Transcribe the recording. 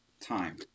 time